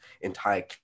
entire